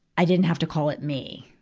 i didn't have to call it me.